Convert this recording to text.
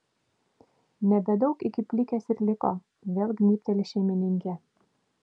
nebedaug iki plikės ir liko vėl gnybteli šeimininkė